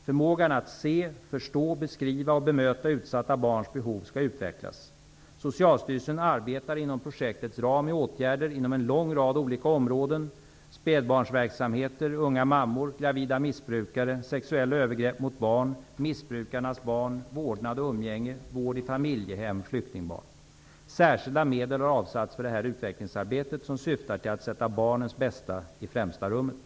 Förmågan att se, förstå, beskriva och bemöta utsatta barns behov skall utvecklas. Socialstyrelsen arbetar inom projektets ram med åtgärder inom en lång rad olika områden: spädbarnsverksamheter, unga mammor, gravida missbrukare, sexuella övergrepp mot barn, missbrukarnas barn, vårdnad och umgänge, vård i familjehem, flyktingbarn. Särskilda medel har avsatts för detta utvecklingsarbete som syftar till att sätta barnens bästa i främsta rummet.